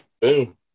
Boom